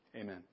Amen